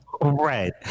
Right